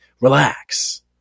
Relax